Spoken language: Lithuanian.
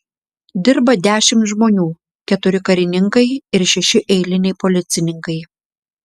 dirba dešimt žmonių keturi karininkai ir šeši eiliniai policininkai